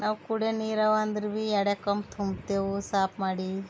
ನಾವು ಕುಡೆ ನೀರವ ಅಂದ್ರು ಭೀ ಎಡೆಕೊಮ್ಮೆ ತುಂಬ್ತೆವು ಸಾಫ್ ಮಾಡಿ